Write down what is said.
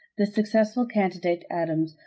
the successful candidate, adams,